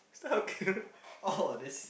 okay